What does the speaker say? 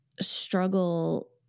struggle